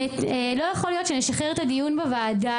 לא יכול להיות שאני אשחרר את הדיון בוועדה